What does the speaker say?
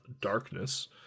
Darkness